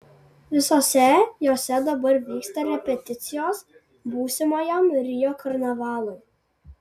visose jose dabar vyksta repeticijos būsimajam rio karnavalui